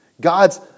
God's